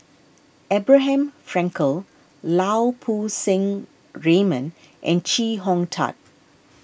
Abraham Frankel Lau Poo Seng Raymond and Chee Hong Tat